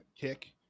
kick